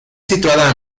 situada